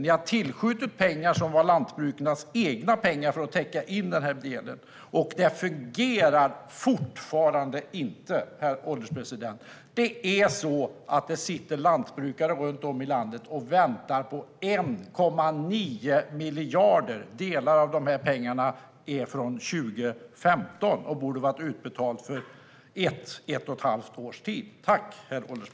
Ni har tillskjutit pengar som var lantbrukarnas egna för att täcka det här - och det fungerar fortfarande inte, herr ålderspresident. Det sitter lantbrukare runt om i landet och väntar på 1,9 miljarder. Delar av de pengarna är från 2015 och borde ha varit utbetalade för ett och ett halvt år sedan.